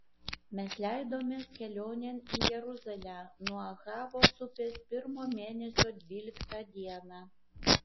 mes leidomės kelionėn į jeruzalę nuo ahavos upės pirmo mėnesio dvyliktą dieną